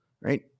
right